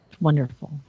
Wonderful